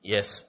Yes